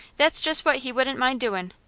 that's just what he wouldn't mind doin'.